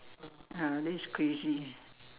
ah this is crazy